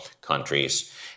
countries